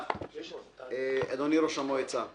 אדוני ראש המועצה,